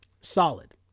Solid